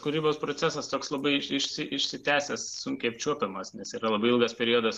kūrybos procesas toks labai išsi išsitęsęs sunkiai apčiuopiamas nes yra labai ilgas periodas